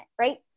right